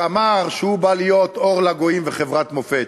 שאמר שהוא בא להיות אור לגויים וחברת מופת.